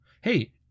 Hey